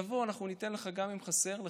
תבוא, אנחנו גם ניתן לך אם חסר לך.